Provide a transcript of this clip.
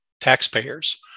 taxpayers